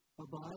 Abide